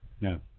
No